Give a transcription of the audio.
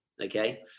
Okay